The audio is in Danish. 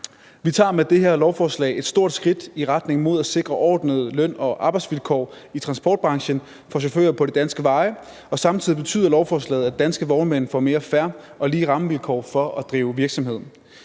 Vi tager med det her lovforslag et stort skridt i retning mod at sikre ordnede løn- og arbejdsvilkår i transportbranchen for chauffører på de danske veje, og samtidig betyder lovforslaget, at danske vognmænd får mere fair og lige rammevilkår for at drive virksomhed.